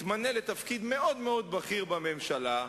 מתמנה לתפקיד מאוד מאוד בכיר בממשלה,